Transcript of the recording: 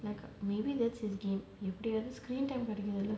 like maybe that's his gam~ அது:athu screen time leh